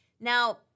Now